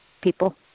people